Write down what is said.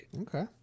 Okay